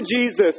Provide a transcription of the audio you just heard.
Jesus